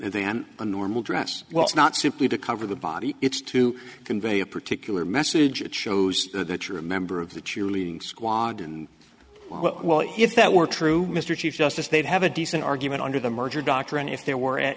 normal dress well it's not simply to cover the body it's to convey a particular message it shows that you're a member of the cheerleading squad while if that were true mr chief justice they'd have a decent argument under the merger doctrine if there were